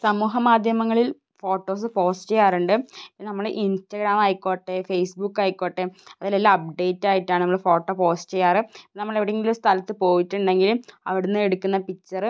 സമൂഹ മാധ്യമങ്ങളിൽ photos post ചെയ്യാറുണ്ട് പിന്നെ നമ്മൾ ഇൻസ്റ്റാഗ്രാം ആയിക്കോട്ടെ ഫേസ്ബുക്ക് ആയിക്കോട്ടെ അതിലെല്ലാം അപ്ഡേറ്റായിട്ടാണ് നമ്മൾ ഫോട്ടോ പോസ്റ്റ് ചെയ്യാറ് നമ്മളെവിടെയെങ്കിലും സ്ഥലത്ത് പോയിട്ടുണ്ടെങ്കിൽ അവിടെനിന്ന് എടുക്കുന്ന പിക്ച്ചറ്